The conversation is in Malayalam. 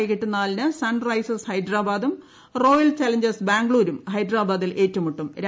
വൈകിട്ട് നാലിന് സൺറൈ സേഴ്സ് ഹൈദ്രാബാദൂം പ്രദ്ധായൽ ചലഞ്ചേഴ്സ് ബാംഗ്ലൂരും ഹൈദ്രാബാദിൽ ഏറ്റുമുട്ടു്